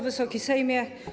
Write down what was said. Wysoki Sejmie!